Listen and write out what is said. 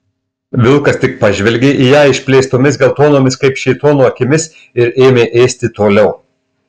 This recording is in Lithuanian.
vilkas tik pažvelgė į ją išplėstomis geltonomis kaip šėtono akimis ir ėmė ėsti toliau